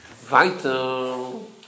Vital